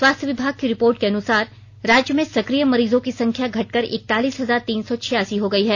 स्वास्थ्य विभाग की रिपोर्ट के अनुसार राज्य में सक्रिय मरीजों की संख्या घटकर एकतालीस हजार तीन सौ छियासी हो गई है